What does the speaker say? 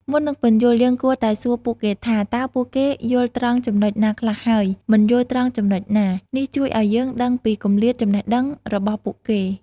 មុននឹងពន្យល់ យើងគួរតែសួរពួកគេថា តើពួកគេយល់ត្រង់ចំណុចណាខ្លះហើយ មិនយល់ត្រង់ចំណុចណា? នេះជួយឱ្យយើងដឹងពីគម្លាតចំណេះដឹងរបស់ពួកគេ។